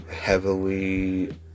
heavily